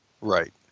Right